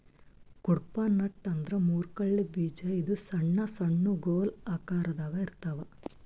Cuddapah nut ಅಂದ್ರ ಮುರ್ಕಳ್ಳಿ ಬೀಜ ಇದು ಸಣ್ಣ್ ಸಣ್ಣು ಗೊಲ್ ಆಕರದಾಗ್ ಇರ್ತವ್